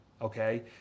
Okay